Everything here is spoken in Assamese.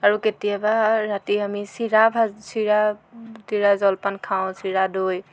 আৰু কেতিয়াবা ৰাতি আমি চিৰা ভাজি চিৰা জলপান খাওঁ চিৰা দৈ